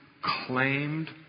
claimed